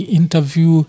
interview